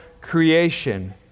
creation